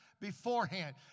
beforehand